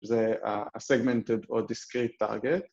זה segmented or discrete target